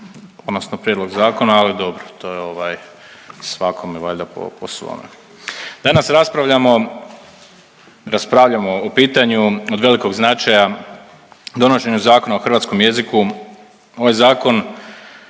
odnosno prijedlog zakona, ali dobro to je ovaj svakome valjda po svome. Danas raspravljamo, raspravljamo o pitanju od velikog značaja donošenju Zakona o hrvatskom jeziku. Ovaj zakon